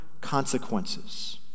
consequences